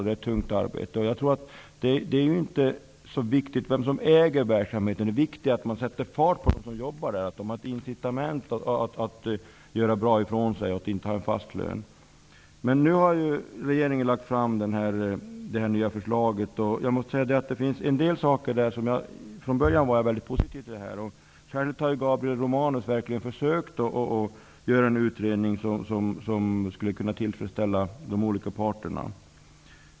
Det är ett tungt arbete. Det är inte så viktigt vem som äger verksamheten. Det viktiga är att man sätter fart på de som jobbar där och att de genom att inte ha en fast lön får ett incitament att göra bra ifrån sig. Regeringen har lagt fram ett nytt förslag. Jag måste säga att till en början var jag mycket positiv till förslaget. Gabriel Romanus har verkligen försökt att göra en utredning som skulle kunna tillfredsställa de olika parterna.